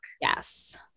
yes